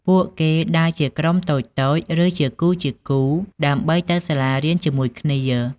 ពួកគេដើរជាក្រុមតូចៗឬជាគូៗដើម្បីទៅសាលារៀនជាមួយគ្នា។